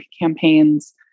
campaigns